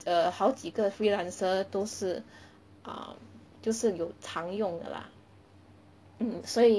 err 好几个 freelancer 都是 um 就是有常用的啦 mm 所以